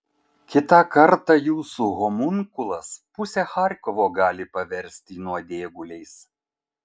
kitą kartą jūsų homunkulas pusę charkovo gali paversti nuodėguliais